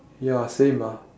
ya same ah